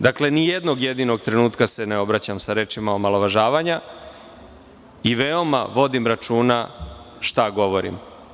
Dakle, ni jednog jedinog trenutka se ne obraćam sa rečima omalovažavanja i veoma vodim računa šta govorim.